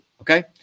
okay